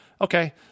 okay